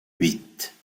huit